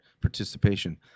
participation